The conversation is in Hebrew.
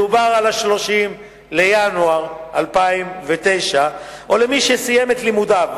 מדובר על 30 בינואר 2009, או למי שסיים את לימודיו